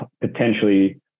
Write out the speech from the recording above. potentially